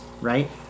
right